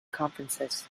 conferences